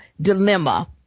dilemma